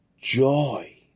joy